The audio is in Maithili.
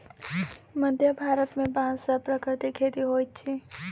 मध्य भारत में बांस के प्राकृतिक खेती होइत अछि